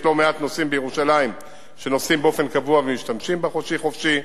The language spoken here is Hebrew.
ויש לא מעט נוסעים בירושלים שנוסעים באופן קבוע ומשתמשים ב"חודשי חופשי"